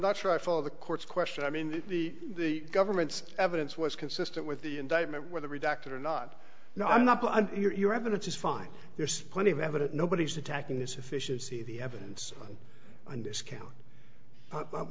not sure i follow the court's question i mean the the government's evidence was consistent with the indictment whether redacted or not no i'm not your your evidence is fine there's plenty of evidence nobody's attacking this efficiency the evidence and discount